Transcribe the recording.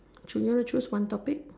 choose you want to choose one topic